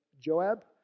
Joab